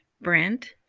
Brent